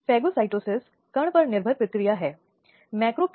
यह आपराधिक प्रक्रिया का कोड है जो लागू होता है